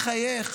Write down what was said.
מחייך